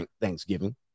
thanksgiving